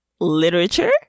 literature